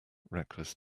reckless